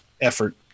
effort